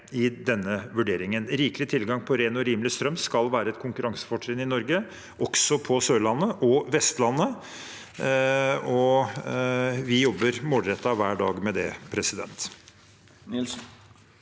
Rikelig tilgang på ren og rimelig strøm skal være et konkurransefortrinn i Norge, også på Sørlandet og Vestlandet. Vi jobber målrettet hver dag med det. Marius